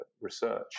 research